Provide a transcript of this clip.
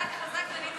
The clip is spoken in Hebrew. חזק חזק ונתחזק.